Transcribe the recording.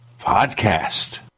Podcast